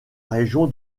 région